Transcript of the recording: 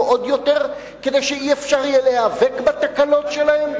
עוד יותר כדי שלא יהיה אפשר להיאבק בתקלות שלהם?